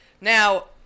now